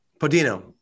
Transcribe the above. Podino